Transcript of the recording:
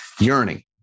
yearning